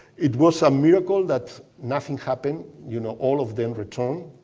it was a miracle that nothing happened. you know all of them returned,